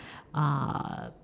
uh